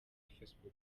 facebook